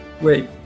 wait